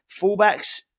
fullbacks